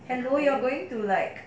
can going you're going to like